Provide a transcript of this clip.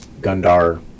gundar